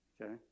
Okay